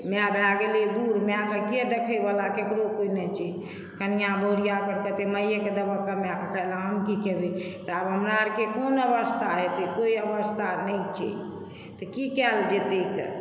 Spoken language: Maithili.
माय भए गेलै बूढ़ मायके कोइ देखयवला ककरो कोइ नहि छै कनिआँ बहुरिया कहैत हेतै कि माइएके देबह खाइलेल तऽ हम की खेबै तऽ हमरा आरके कोन अवस्था हेतै कोइ अवस्था नहि छै तऽ की कयल जेतै तऽ